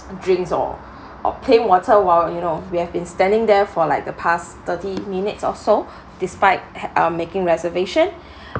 drinks or or plain water while you know we have been standing there for like the past thirty minutes or so despite ha~ uh making reservation